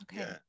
Okay